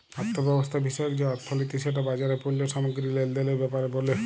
অথ্থব্যবস্থা বিষয়ক যে অথ্থলিতি সেট বাজারে পল্য সামগ্গিরি লেলদেলের ব্যাপারে ব্যলে